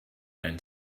and